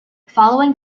following